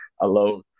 alone